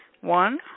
One